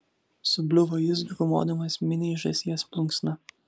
subliuvo jis grūmodamas miniai žąsies plunksna